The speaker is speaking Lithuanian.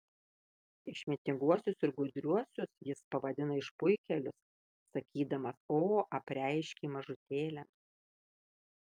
išmintinguosius ir gudriuosius jis pavadina išpuikėlius sakydamas o apreiškei mažutėliams